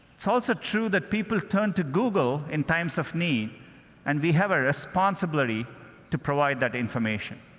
it's also true that people turn to google in times of need and we have a responsibility to provide that information.